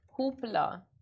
Hoopla